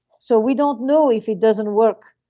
so we don't know if it doesn't work